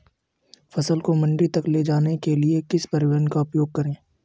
फसल को मंडी तक ले जाने के लिए किस परिवहन का उपयोग करें?